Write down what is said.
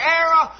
era